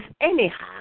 anyhow